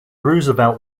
roosevelt